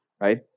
right